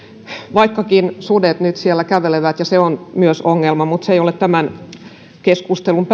vaikkakin sudet nyt siellä kävelevät ja se on myös ongelma mutta se ei ole tämän keskustelun pääagenda